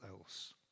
else